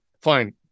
Fine